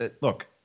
look